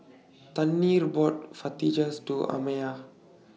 Tanner bought Fajitas to Amiya